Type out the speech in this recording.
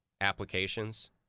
applications